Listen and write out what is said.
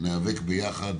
ניאבק ביחד.